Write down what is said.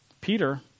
Peter